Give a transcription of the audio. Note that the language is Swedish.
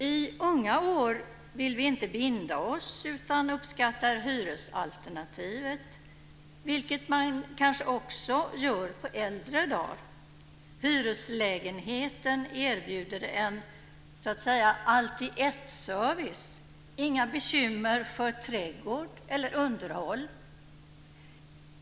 I unga år vill vi inte binda oss utan uppskattar hyresalternativet, vilket man kanske också gör på äldre dagar. Hyreslägenheten erbjuder en allt i ett-service - inga bekymmer för trädgård eller underhåll.